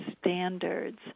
standards